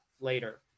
later